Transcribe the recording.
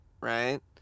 right